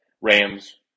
Rams